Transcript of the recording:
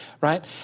right